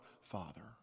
Father